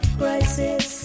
crisis